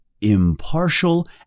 impartial